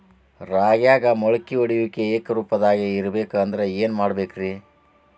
ರಾಗ್ಯಾಗ ಮೊಳಕೆ ಒಡೆಯುವಿಕೆ ಏಕರೂಪದಾಗ ಇರಬೇಕ ಅಂದ್ರ ಏನು ಮಾಡಬೇಕ್ರಿ?